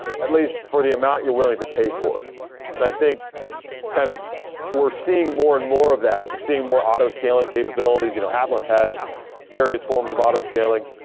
at least for the amount you're willing to pay for it i think kind of we're seeing more and more of that. we're seeing more auto scaling capabilities. you know atlas has various forms of auto scaling.